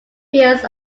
fields